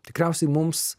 tikriausiai mums